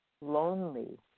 lonely